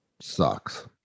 sucks